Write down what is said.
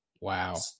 Wow